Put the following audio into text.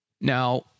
Now